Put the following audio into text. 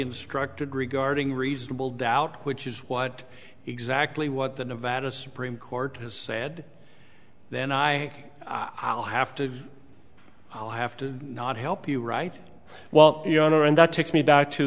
instructed regarding reasonable doubt which is what exactly what the nevada supreme court has said then i i'll have to i'll have to not help you right while your honor and that takes me back to